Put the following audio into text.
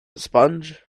sponge